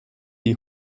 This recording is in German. die